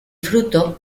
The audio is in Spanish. fruto